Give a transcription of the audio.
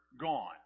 gone